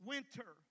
Winter